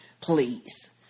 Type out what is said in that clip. Please